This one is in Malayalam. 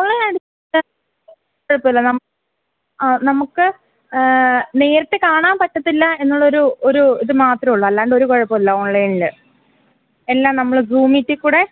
കുഴപ്പമില്ല ആ നമുക്ക് നേരിട്ടു കാണാൻ പറ്റത്തില്ല എന്നുള്ളൊരു ഒരു ഇതു മാത്രമേ ഉള്ളൂ അല്ലാണ്ട് ഒരു കുഴപ്പവുമില്ല ഓൺലൈനില് എല്ലാം നമ്മള് ഗ്രൂമിറ്റിക്കൂടെ